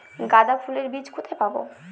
গাঁদা ফুলের বীজ কোথায় পাবো?